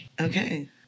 okay